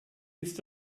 ist